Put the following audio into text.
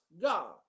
God